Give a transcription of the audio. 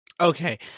Okay